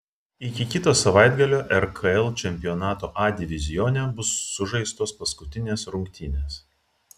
iki kito savaitgalio rkl čempionato a divizione bus sužaistos paskutinės rungtynės